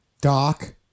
Doc